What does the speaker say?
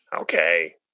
Okay